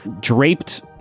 Draped